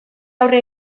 aurre